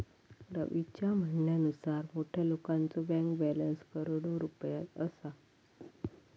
रवीच्या म्हणण्यानुसार मोठ्या लोकांचो बँक बॅलन्स करोडो रुपयात असा